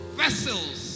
vessels